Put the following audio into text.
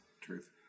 truth